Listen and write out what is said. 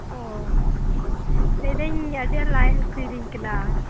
ᱚᱻ ᱞᱟᱹᱭ ᱫᱟᱹᱧ ᱟᱰᱤ ᱟᱸᱴ ᱞᱟᱡ ᱦᱟᱥᱩᱭᱤᱧ ᱠᱟᱱᱟ